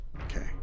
Okay